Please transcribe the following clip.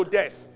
death